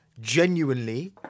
genuinely